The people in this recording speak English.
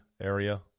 area